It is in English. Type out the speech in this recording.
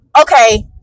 okay